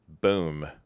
boom